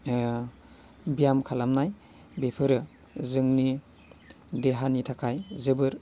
ब्याम खालामनाय बेफोरो जोंनि देहानि थाखाय जोबोर